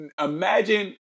Imagine